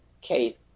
case